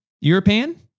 European